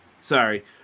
Sorry